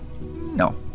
No